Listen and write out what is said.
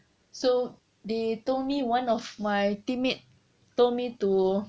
so they told me one of my teammate told me to